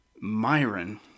Myron